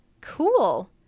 Cool